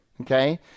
Okay